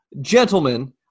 Gentlemen